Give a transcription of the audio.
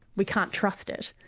we can't trust it.